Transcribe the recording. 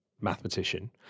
mathematician